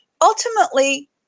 ultimately